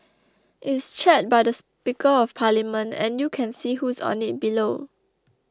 it's chaired by the Speaker of Parliament and you can see who's on it below